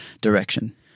direction